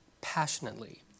passionately